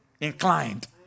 Inclined